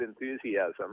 enthusiasm